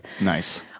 Nice